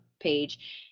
Page